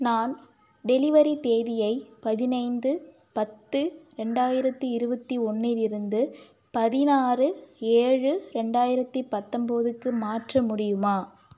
நான் டெலிவரி தேதியை பதினைந்து பத்து ரெண்டாயிரத்து இருபத்தி ஒன்றுலிருந்து பதினாறு ஏழு ரெண்டாயிரத்தி பத்தொம்பதுக்கு மாற்ற முடியுமா